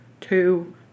two